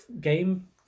game